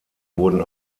wurden